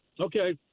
Okay